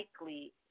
likely